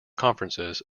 conferences